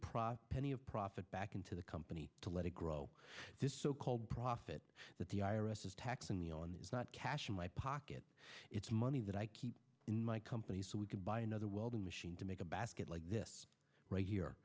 prop penny of profit back into the company to let it grow this so called profit that the i r s is taxing the on is not cash in my pocket it's money that i keep in my company so we can buy another welding machine to make a basket like this right here